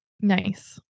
Nice